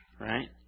right